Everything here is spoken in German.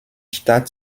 stadt